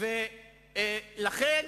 ולכן